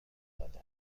داده